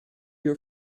your